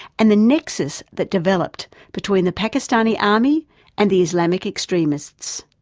and the nexus that developed between the pakistani army and the islamic extremists.